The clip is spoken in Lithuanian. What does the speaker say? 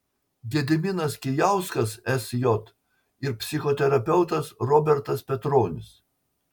gediminas kijauskas sj ir psichoterapeutas robertas petronis